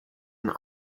and